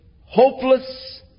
hopeless